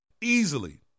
Easily